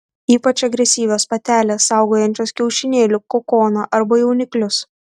ypač agresyvios patelės saugojančios kiaušinėlių kokoną arba jauniklius